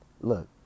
look